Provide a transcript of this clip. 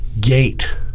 gate